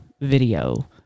video